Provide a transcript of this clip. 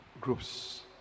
groups